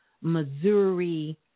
Missouri